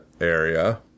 area